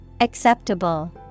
Acceptable